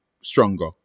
stronger